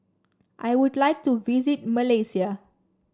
I would like to visit Malaysia